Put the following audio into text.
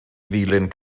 ddilyn